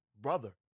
brother